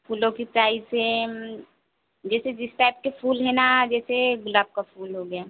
फूलों की price same जैसे जिस टाइप के फूल हैं ना जेसे गुलाब का फूल हो गया